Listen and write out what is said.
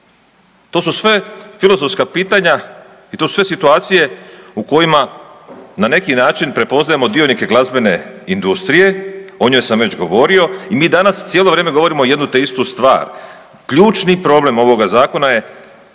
To su sve filozofska pitanja i to su sve situacije u kojima na neki način prepoznajemo dionike glazbene industrije, o njoj sam već govorio i mi danas cijelo vrijeme govorimo jednu te istu stvar. Ključni problem ovoga zakona je